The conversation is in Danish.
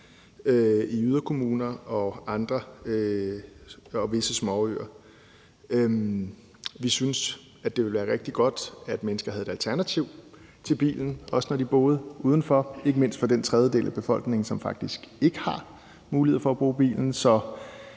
i yderkommuner og på visse småøer. Vi synes, det ville være rigtig godt, hvis mennesker havde et alternativ til bilen, også når de boede uden for byerne, ikke mindst når det gælder den tredjedel af befolkningen, som faktisk ikke har mulighed for at køre bil.